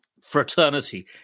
fraternity